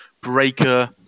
Breaker